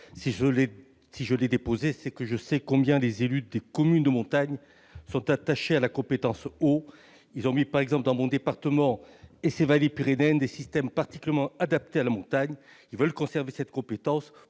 Si je l'ai déposé, c'est que je sais combien les élus des communes de montagne sont attachés à la compétence « eau ». Ceux-ci ont installé, par exemple dans mon département et ses vallées pyrénéennes, des systèmes particulièrement adaptés à la montagne et veulent conserver cette compétence.